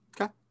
Okay